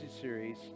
series